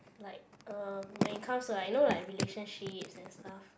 like uh when it comes to like you know like relationships and stuff